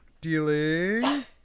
Dealing